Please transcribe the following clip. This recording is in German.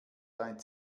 dein